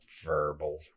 verbal